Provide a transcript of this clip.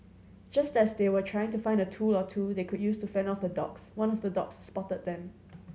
just as they were trying to find a tool or two that they could use to fend off the dogs one of the dogs spotted them